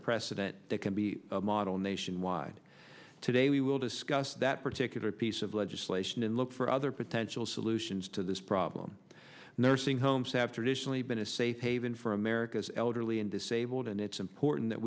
precedent that can be a model nationwide today we will discuss that particular piece of legislation and look for other potential solutions to this problem nursing homes have traditionally been a safe haven for america's elderly and disabled and it's important that